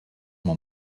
m’en